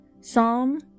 Psalm